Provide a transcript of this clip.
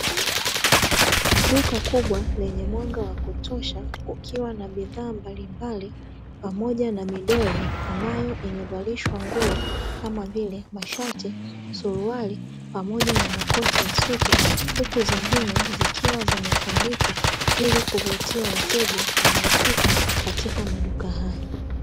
Duka kubwa lenye mwanga wa kutosha kukiwa na bidhaa mbalimbali pamoja na midoli ambayo imevalishwa nguo kama vile mashati, suruali pamoja na makoti ya suti; huku nyingine zikiwa zimetundikwa ili kuvutia wateja wanaofika katika duka hilo.